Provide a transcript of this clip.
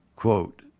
quote